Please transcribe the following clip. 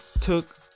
took